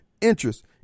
interest